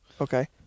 Okay